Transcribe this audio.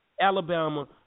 Alabama